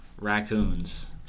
raccoons